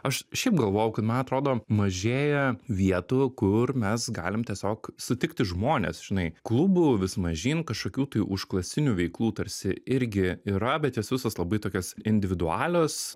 aš šiaip galvojau kad man atrodo mažėja vietų kur mes galim tiesiog sutikti žmones žinai klubų vis mažyn kažkokių tai užklasinių veiklų tarsi irgi yra bet jos visos labai tokios individualios